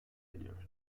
ediyor